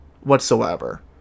whatsoever